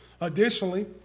Additionally